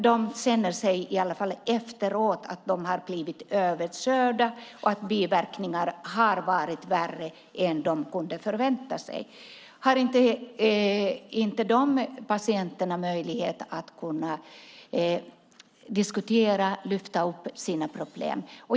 Dessa personer känner efteråt att de har blivit överkörda och att biverkningarna har varit värre än de kunde förvänta sig. Ska inte de patienterna ha möjlighet att lyfta upp och diskutera sina problem?